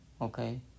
okay